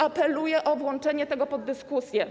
Apeluję o włączenie tego do dyskusji.